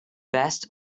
best